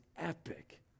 epic